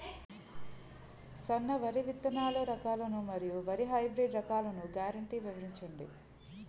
సన్న వరి విత్తనాలు రకాలను మరియు వరి హైబ్రిడ్ రకాలను గ్యారంటీ వివరించండి?